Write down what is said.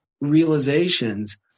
realizations